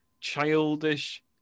childish